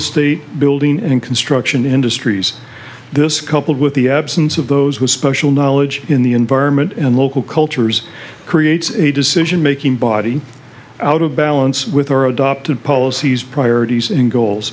estate building and construction industries this coupled with the absence of those with special knowledge in the environment and local cultures creates a decision making body out of balance with our adopted policies priorities and goals